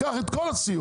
קח את כל הסיוע.